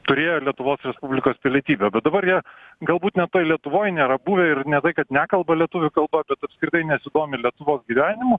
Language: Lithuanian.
turėjo lietuvos respublikos pilietybę bet dabar jie galbūt net lietuvoj nėra buvę ir ne tai kad nekalba lietuvių kalba bet apskritai nesidomi lietuvos gyvenimu